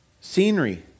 Scenery